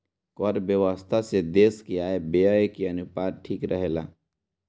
कर व्यवस्था से देस के आय व्यय के अनुपात ठीक रहेला